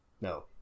No